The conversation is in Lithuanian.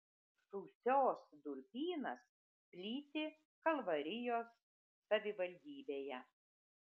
sūsios durpynas plyti kalvarijos savivaldybėje